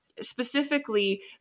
specifically